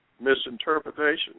misinterpretation